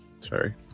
Sorry